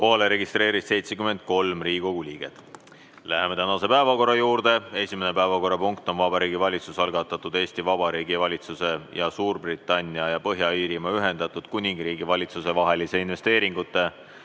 liikme Henn Põlluaasa. Läheme tänase päevakorra juurde. Esimene päevakorrapunkt on Vabariigi Valitsuse algatatud Eesti Vabariigi Valitsuse ja Suurbritannia ja Põhja-Iirimaa Ühendatud Kuningriigi Valitsuse vahelise investeeringute